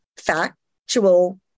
factual